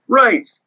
right